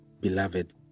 beloved